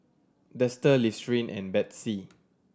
Dester Listerine and Betsy